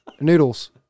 Noodles